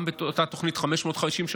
גם באותה תוכנית 550,